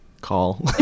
call